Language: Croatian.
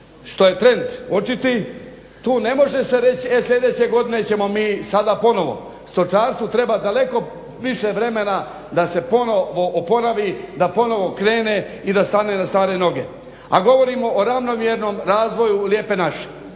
što je trend očiti tu ne može se reći e sljedeće godine ćemo mi sada ponovno. Stočarstvu treba daleko više vremena da se ponovno oporavi, da ponovno krene i da stane na stare noge. A govorimo o ravnomjernom razvoju Lijepe naše.